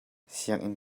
sianginn